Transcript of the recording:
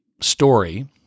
story